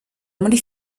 muri